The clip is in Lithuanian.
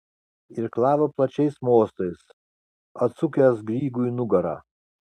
irklavo plačiais mostais atsukęs grygui nugarą